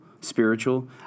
spiritual